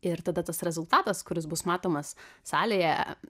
ir tada tas rezultatas kuris bus matomas salėje